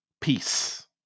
Peace